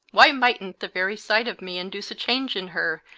why mightn't the very sight of me induce a change in her,